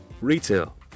retail